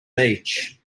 beach